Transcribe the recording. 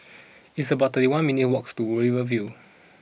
it's about thirty one minutes' walks to Rivervale